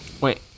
Wait